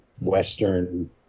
Western